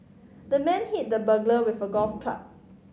the man hit the burglar with a golf club